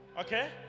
Okay